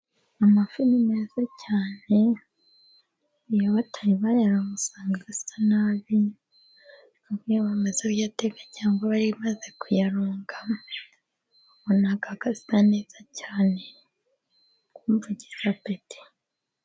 Amafi ni meza cyane, iyo batari bayaronga usanga asa nabi, ariko iyo bamaze kuyateka cyangwa bamaze kuyaronga ubona asa neza cyane, ukumva ugize apeti.